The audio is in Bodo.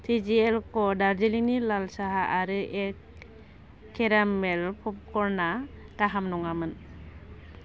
टिजिएल क' दार्जिलिंनि लाल साहा आरो एग केरामेल प'पकर्नआ गाहाम नङामोन